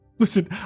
Listen